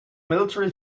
military